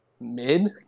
mid